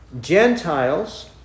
Gentiles